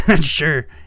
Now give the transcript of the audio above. sure